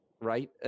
Right